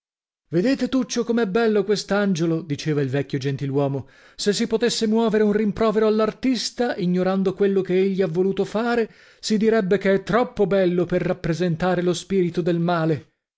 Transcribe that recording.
vedete tuccio com'è bello quest'angiolo diceva il vecchio gentiluomo se si potesse muovere un rimprovero all'artista ignorando quello che egli ha voluto fare si direbbe che è troppo bello per rappresentare lo spirito del male